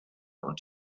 und